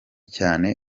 cyane